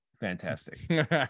fantastic